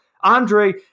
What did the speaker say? Andre